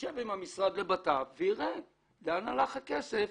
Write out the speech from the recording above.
שישב עם המשרד לבט"פ ויראה לאן הלך הכסף,